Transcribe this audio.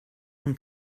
von